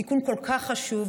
תיקון כל כך חשוב,